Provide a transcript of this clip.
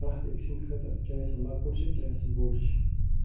پرٛٮ۪تھ أکۍ سٕنٛدۍ خٲطرٕ چاہے سُہ لۄکُٹ چھِ چاہے سُہ بوٚڑ چھِ